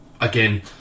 again